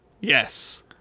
Yes